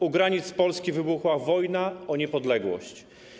U granic Polski wybuchła wojna o niepodległość.